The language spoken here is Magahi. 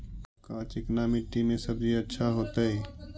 का चिकना मट्टी में सब्जी अच्छा होतै?